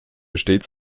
stets